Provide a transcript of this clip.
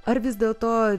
ar vis dėlto